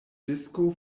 disko